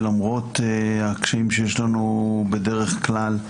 ולמרות הקשיים שיש לנו בדרך כלל,